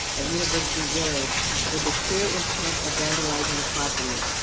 at university village with the clear intent of vandalizing the property.